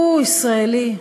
הוא ישראלי,